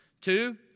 Two